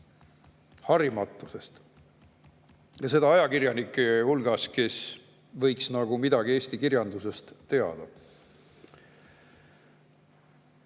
harimatusest. Ja seda ajakirjanike hulgas, kes võiks nagu midagi eesti kirjandusest teada.